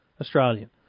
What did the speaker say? Australian